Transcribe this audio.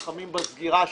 נלחמים בסגירה שלו,